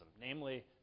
namely